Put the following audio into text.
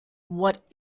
what